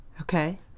Okay